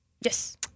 Yes